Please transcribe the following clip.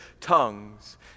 tongues